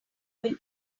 will